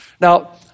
Now